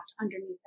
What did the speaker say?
Underneath